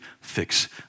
fix